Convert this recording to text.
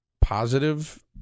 positive